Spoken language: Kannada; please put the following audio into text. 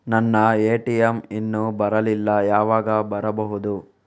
ನನ್ನ ಎ.ಟಿ.ಎಂ ಇನ್ನು ಬರಲಿಲ್ಲ, ಯಾವಾಗ ಬರಬಹುದು?